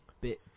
bit